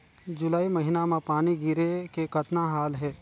जुलाई महीना म पानी गिरे के कतना हाल हे?